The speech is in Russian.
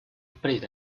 впредь